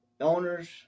owners